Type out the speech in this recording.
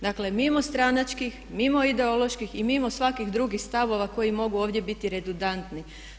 Dakle, mimo stranačkih, mimo ideoloških i mimo svakih drugih stavova koji mogu ovdje biti redundantni.